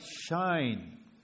shine